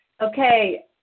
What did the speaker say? Okay